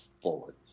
forward